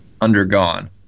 undergone